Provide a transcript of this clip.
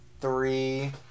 three